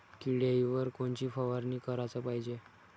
किड्याइवर कोनची फवारनी कराच पायजे?